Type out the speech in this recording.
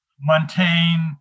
Montaigne